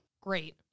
Great